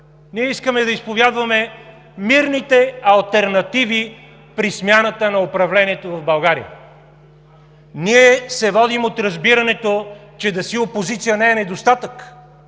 искаме да изповядваме мирните алтернативи при смяната на управлението в България, ние се водим от разбирането, че да си опозиция не е недостатък,